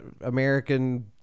American